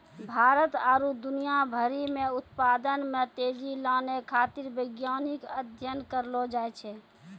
भारत आरु दुनिया भरि मे उत्पादन मे तेजी लानै खातीर वैज्ञानिक अध्ययन करलो जाय छै